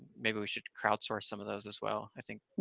maybe we should crowdsource some of those as well, i think.